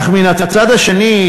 אך מן הצד השני,